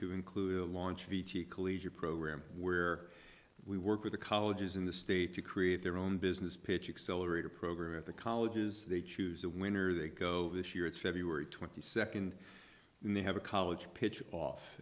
to include a launch v t collegiate program where we work with the colleges in the state to create their own business pitch accelerated program at the colleges they choose a winner they go this year it's february twenty second and they have a college pitch off